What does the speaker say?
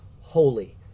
holy